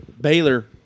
Baylor